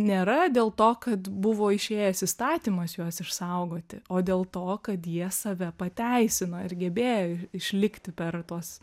nėra dėl to kad buvo išėjęs įstatymas juos išsaugoti o dėl to kad jie save pateisino ir gebėjo išlikti per tuos